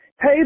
Hey